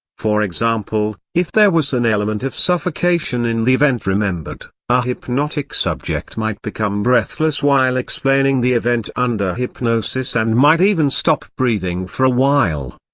for example, if there was an element of suffocation in the event remembered, a hypnotic subject might become breathless while explaining the event under hypnosis and might even stop breathing for a while.